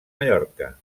mallorca